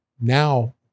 Now